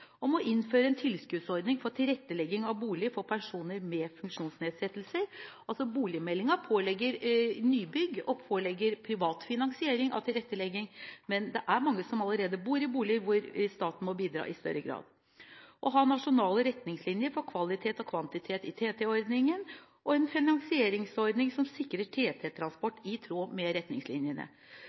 om å innføre en tilskuddsordning for tilrettelegging av bolig for personer med funksjonsnedsettelse. Boligmeldingen pålegger nybygg og privat finansiering av tilrettelegging, men det er mange som allerede bor i boliger hvor staten må bidra i større grad. Vi har videre forslag om å ha nasjonale retningslinjer for kvalitet og kvantitet i TT-ordningen og om en finansieringsordning som sikrer TT-transport i tråd med retningslinjene.